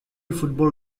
football